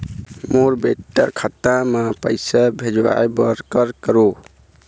मोर बेटा खाता मा पैसा भेजवाए बर कर करों?